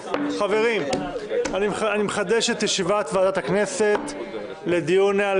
אני מחדש את ישיבת ועדת הכנסת לדיון על